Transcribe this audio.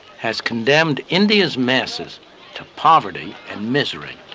has condemned india's masses to poverty and misery.